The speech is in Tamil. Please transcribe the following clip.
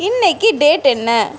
இன்னைக்கு டேட் என்ன